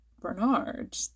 Bernard